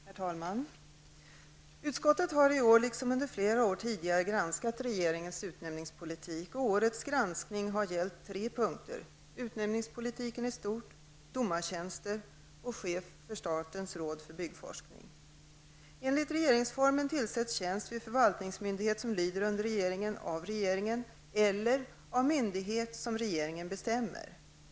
Herr talman! Utskottet har i år liksom under flera år tidigare granskat regeringens utnämningspolitik. Årets granskning har gällt tre punkter: utnämningspolitiken i stort, domartjänster och chef för statens råd för byggforskning. Enligt regeringsformen tillsätts tjänst vid förvaltningsmyndighet som lyder under regeringen av regeringen eller av myndighet som regeringen bestämmer.